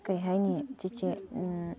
ꯀꯔꯤ ꯍꯥꯏꯅꯤ ꯆꯦꯆꯦ